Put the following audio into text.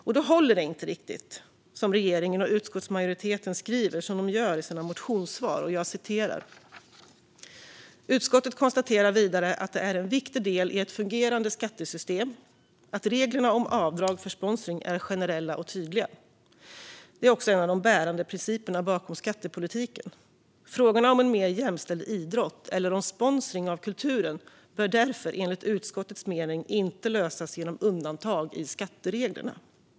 Därför håller det inte riktigt att regeringen och utskottsmajoriteten skriver som de gör, nämligen: "Utskottet konstaterar vidare att det är en viktig del i ett fungerande skattesystem att reglerna om avdrag för sponsring är generella och tydliga. Det är också en av de bärande principerna bakom skattepolitiken. Frågorna om en mer jämställd idrott eller om sponsring av kulturen bör därför enligt utskottets mening inte lösas genom undantag i skattereglerna."